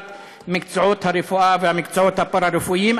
מקצועות הרפואה והמקצועות הפארה-רפואיים.